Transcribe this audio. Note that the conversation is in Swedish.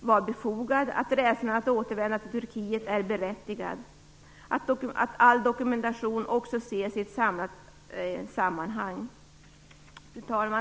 var befogad, att rädslan för att återvända till Turkiet är berättigad. All dokumentation måste ses i ett samlat sammanhang. Fru talman!